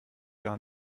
gar